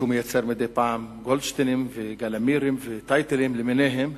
שמייצר מדי פעם גולדשטיינים ויגאל עמירים וטייטלים למיניהם,